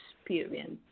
experience